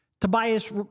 Tobias